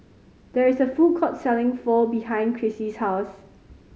there is a food court selling Pho behind Krissy's house